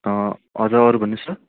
अझ अरू भन्नुहोस् सर